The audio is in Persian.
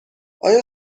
آیا